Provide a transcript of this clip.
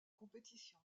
compétition